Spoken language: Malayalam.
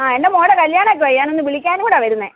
ആ എൻ്റെ മോളുടെ കല്ല്യാണമൊക്കായി ഞാനൊന്ന് വിളിക്കാനും കൂടാണ് വരുന്നത്